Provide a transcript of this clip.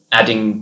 adding